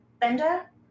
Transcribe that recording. Bender